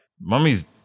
Mummies